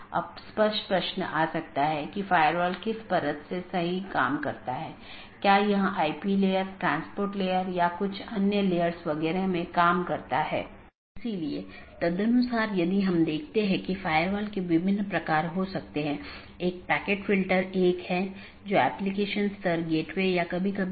दो जोड़े के बीच टीसीपी सत्र की स्थापना करते समय BGP सत्र की स्थापना से पहले डिवाइस पुष्टि करता है कि BGP डिवाइस रूटिंग की जानकारी प्रत्येक सहकर्मी में उपलब्ध है या नहीं